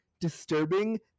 disturbing